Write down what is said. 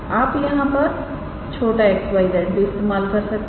आप यहां पर xyz भी इस्तेमाल कर सकते हैं